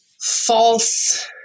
false